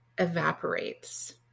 Evaporates